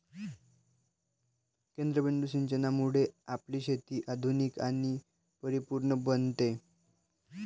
केंद्रबिंदू सिंचनामुळे आपली शेती आधुनिक आणि परिपूर्ण बनते